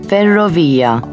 Ferrovia